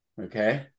Okay